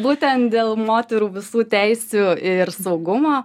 būtent dėl moterų visų teisių ir saugumo